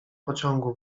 pociągu